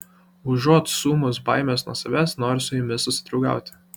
užuot stūmus baimes nuo savęs nori su jomis susidraugauti